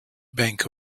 bank